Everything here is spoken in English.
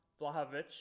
Vlahovic